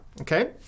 Okay